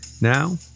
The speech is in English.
now